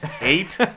Eight